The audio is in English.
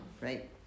right